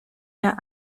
der